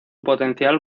potencial